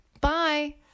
Bye